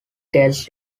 tells